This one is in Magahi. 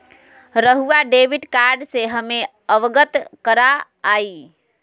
रहुआ डेबिट कार्ड से हमें अवगत करवाआई?